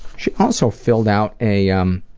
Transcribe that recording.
she also filled out a um